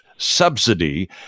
subsidy